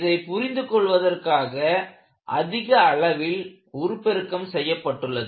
இதை புரிந்து கொள்வதற்காக அதிக அளவில் உருப்பெருக்கம் செய்யப்பட்டுள்ளது